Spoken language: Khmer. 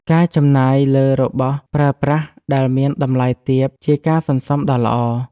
ការចំណាយលើរបស់ប្រើប្រាស់ដែលមានតម្លៃទាបជាការសន្សុំដ៏ល្អ។